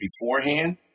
beforehand